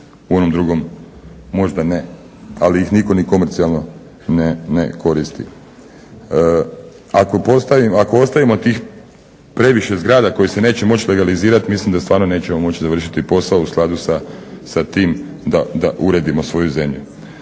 u onom drugom možda ne, ali ih niko ni komercijalno ne koristi. Ako ostavimo tih previše zgrada koje se neće moći legalizirati mislim da stvarno nećemo moći završiti posao u skladu sa tim da uredimo svoju zemlju.